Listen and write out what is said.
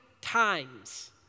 times